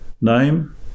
name